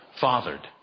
fathered